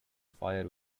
fire